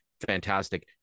fantastic